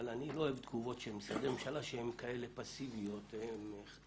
אבל אני לא אוהב תגובות של משרדי ממשלה שהן כאלה פסיביות ואנמיות.